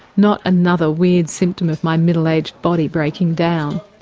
not another weird symptom of my middle-aged body breaking down!